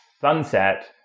sunset